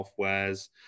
softwares